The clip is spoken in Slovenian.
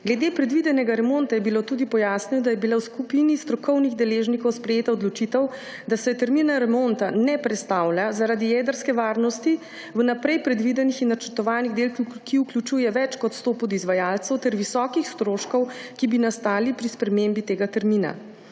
Glede predvidenega remonta je bilo tudi pojasnjeno, da je bila v skupini strokovnih deležnikov sprejeta odločitev, da se termina remonta ne prestavlja zaradi jedrske varnosti, vnaprej predvidenih in načrtovanih del, ki vključuje več kot sto podizvajalcev, ter visokih stroškov, ki bi nastali pri spremembi tega termina.